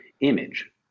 image